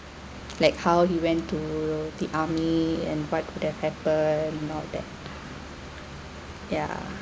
like how he went to the army and what could have happen and all that yeah